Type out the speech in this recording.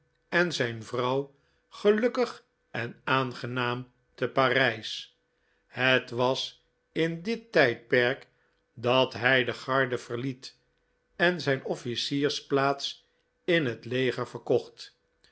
en zijn vrouw gelukkig en aangenaam te parijs het was in dit tijdperk dat hij de garde verliet en zijn offlciersplaats in het leger verkocht